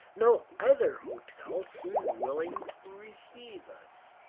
no other hotel seemed willing to receive us.